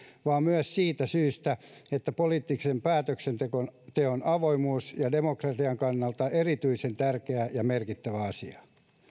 vaan myös siitä syystä että poliittisen päätöksenteon avoimuus on demokratian kannalta erityisen tärkeä ja merkittävä asia